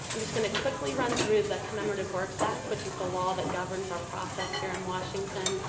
i'm just going to quickly run through the commemorative works act, which is the law that governs our process here in washington,